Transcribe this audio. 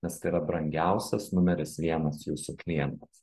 nes tai yra brangiausias numeris vienas jūsų klientas